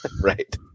Right